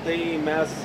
tai mes